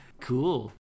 Cool